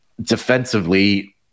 defensively